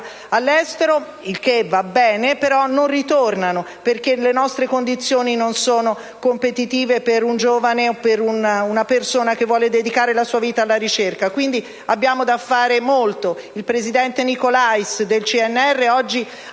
all'estero (il che va bene), però non ritornano perché le nostre condizioni non sono competitive per un giovane o per una persona che vuole dedicare la sua vita alla ricerca; quindi, abbiamo molto da fare. Oggi il presidente del CNR Nicolais